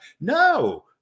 No